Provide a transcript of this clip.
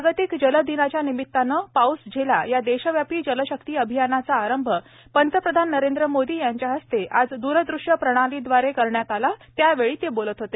जागतिक जल दिनाच्या निमितानं पाऊस झेला या देशव्यापी जलशक्ती अभियानाचा आरंभ पंतप्रधान नरेंद्र मोदी यांच्या हस्ते आज द्ररृष्यप्रणालीद्वारे करण्यात आला त्यावेळी ते बोलत होते